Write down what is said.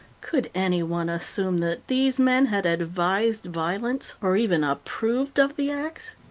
could anyone assume that these men had advised violence, or even approved of the acts?